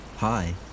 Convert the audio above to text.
Hi